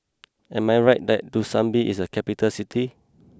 am I right that Dushanbe is a capital city